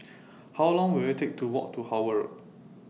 How Long Will IT Take to Walk to Howard Road